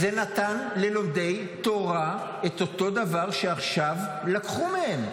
זה נתן ללומדי תורה את אותו דבר שעכשיו לקחו מהם.